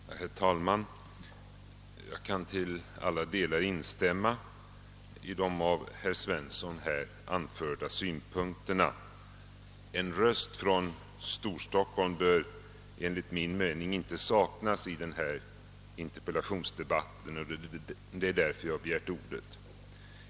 Herr talman! Jag kan till alla delar instämma i de av herr Svensson i Kungälv framförda synpunkterna. En röst från Storstockholm bör enligt min mening inte saknas i denna interpellationsdebatt och det är därför jag begärt ordet.